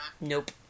Nope